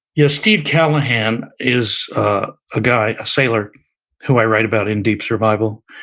yes, steve callahan is a guy, a sailor who i write about in deep survival,